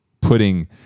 putting